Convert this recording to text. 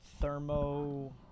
thermo